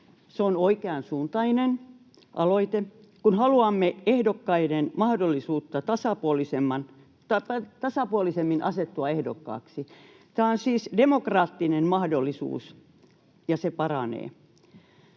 Se on oikeansuuntainen aloite, kun haluamme ehdokkaille mahdollisuutta tasapuolisemmin asettua ehdokkaaksi. Tämä on siis demokraattinen mahdollisuus, ja se paranee.